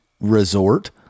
resort